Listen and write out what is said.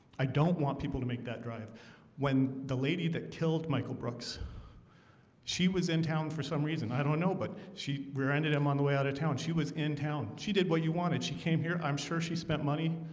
i don't want people to make that drive when the lady that killed michael brooks she was in town for some reason. i don't know but she rear-ended him on the way out of town. she was in town she did what you wanted. she came here. i'm sure she spent money.